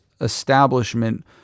establishment